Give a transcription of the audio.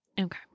Okay